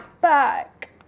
Back